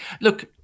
Look